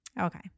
Okay